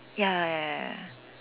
ya ya ya ya ya